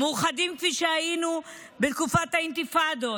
מאוחדים כפי שהיינו בתקופות האינתיפאדות,